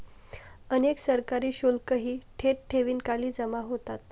अनेक सरकारी शुल्कही थेट ठेवींखाली जमा होतात